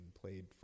played